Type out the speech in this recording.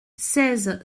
seize